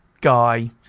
guy